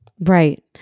Right